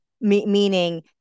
Meaning